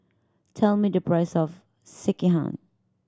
tell me the price of Sekihan